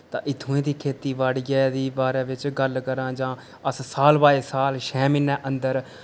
तां इत्थोआं दी खेती बाड़ियै दे बारे बिच्च गल्ल करां जां अस साल बाय साल छें म्हीनें अंदर